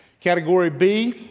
category b,